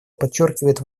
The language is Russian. подчеркивает